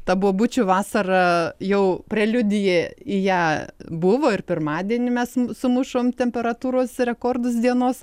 ta bobučių vasara jau preliudija į ją buvo ir pirmadienį mes sumušom temperatūros rekordus dienos